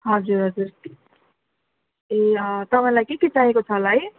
हजुर हजुर ए तपाईँलाई के के चाहिएको छ होला है